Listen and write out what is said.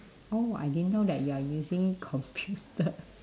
oh I didn't know that you are using computer